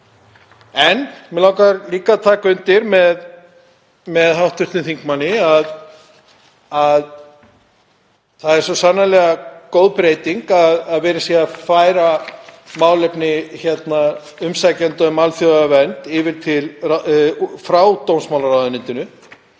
Mig langar líka að taka undir með hv. þingmanni að það er svo sannarlega góð breyting að verið sé að færa málefni umsækjenda um alþjóðlega vernd frá dómsmálaráðuneytinu.